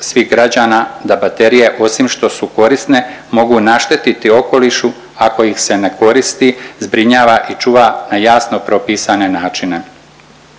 svih građana da baterije osim što su korisne mogu naštetiti okolišu ako ih se ne koristi, zbrinjava i čuva na jasno propisane načine.